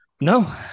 No